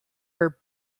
were